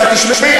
עכשיו תשמעי,